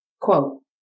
quote